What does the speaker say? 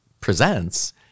presents